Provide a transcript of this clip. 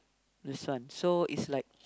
this one so is like